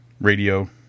radio